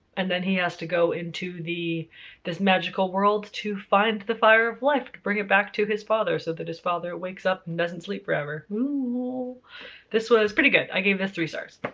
and then he has to go into the this magical world to find the fire of life to bring it back to his father so that his father wakes up and doesn't sleep forever. this was pretty good. i gave this three stars.